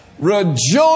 Rejoice